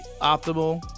optimal